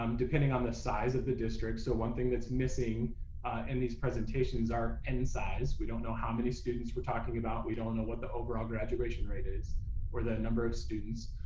um depending on the size of the districts. so one thing that's missing and these presentations are in size. don't know how many students we're talking about we don't know what the overall graduation rate is or the number of students.